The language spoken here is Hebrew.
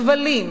בכבלים,